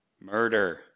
Murder